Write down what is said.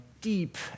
deep